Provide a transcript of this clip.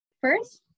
First